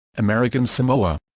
american samoa